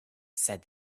said